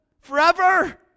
forever